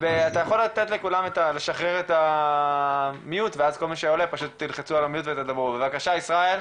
בבקשה ישראל.